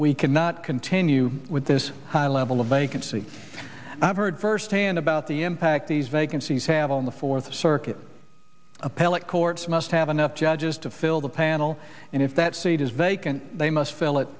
we cannot continue with this high level of vacancy i've heard firsthand about the impact these vacancies have on the fourth circuit appellate courts must have enough judges to fill the panel and if that seat is vacant they must fill it